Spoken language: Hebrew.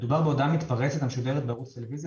מדובר בהודעה מתפרצת המשודרת בערוץ טלוויזיה